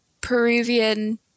Peruvian